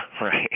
Right